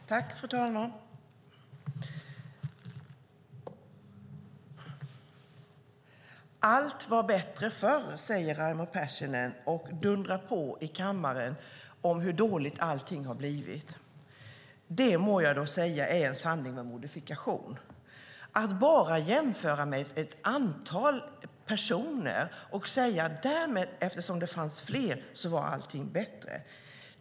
Fru talman! Allt var bättre förr, säger Raimo Pärssinen och dundrar på i kammaren om hur dåligt allting har blivit. Det må jag då säga är en sanning med modifikation - att bara jämföra antalet personer och säga att eftersom det fanns fler förr var allting bättre.